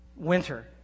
winter